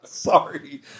Sorry